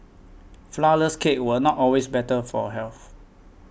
Flourless Cakes are not always better for health